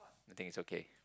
I think it's okay